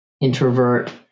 introvert